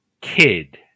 kid